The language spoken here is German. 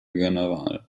general